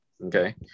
okay